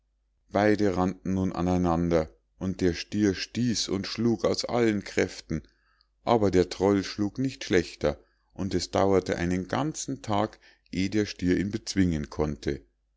beide rannten nun an einander und der stier stieß und schlug aus allen kräften aber der troll schlug nicht schlechter und es dauerte einen ganzen tag eh der stier ihn bezwingen konnte